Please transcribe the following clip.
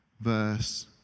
Verse